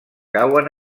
cauen